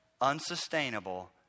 unsustainable